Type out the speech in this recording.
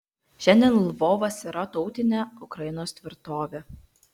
šiandien lvovas yra tautinė ukrainos tvirtovė